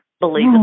believe